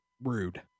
Rude